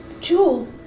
jewel